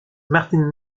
martin